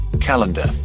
calendar